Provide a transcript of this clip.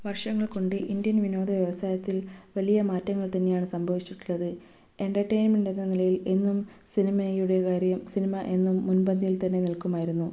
വർഷങ്ങൾ കൊണ്ട് ഇന്ത്യൻ വിനോദ വ്യവസായത്തിൽ വലിയ മാറ്റങ്ങൾ തന്നെയാണ് സംഭവിച്ചിട്ടുള്ളത് എന്ററർടെയ്ൻമെന്റ് എന്ന നിലയിൽ എന്നും സിനിമയുടെ കാര്യം സിനിമ എന്നും മുൻപന്തിയിൽതന്നെ നിൽക്കുമായിരുന്നു